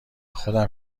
خودم